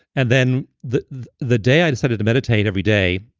and then the the day i decided to meditate every day,